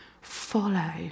Follow